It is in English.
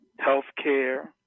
healthcare